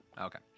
Okay